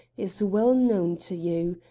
is well known to you.